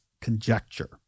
conjecture